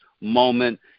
moment